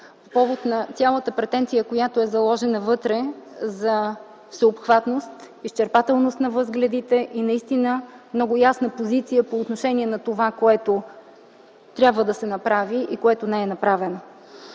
по повод на цялата претенция, която е заложена вътре - за всеобхватност, изчерпателност на възгледите и много ясна позиция по отношение на това, което трябва да се направи и което не е направено.